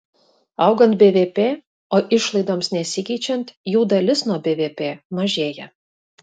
augant bvp o išlaidoms nesikeičiant jų dalis nuo bvp mažėja